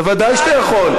בוודאי שאתה יכול.